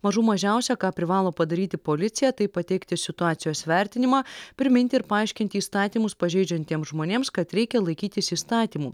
mažų mažiausia ką privalo padaryti policija tai pateikti situacijos vertinimą priminti ir paaiškinti įstatymus pažeidžiantiems žmonėms kad reikia laikytis įstatymų